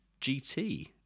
gt